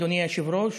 אדוני היושב-ראש,